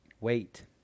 wait